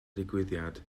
digwyddiad